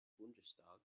bundestag